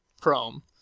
Chrome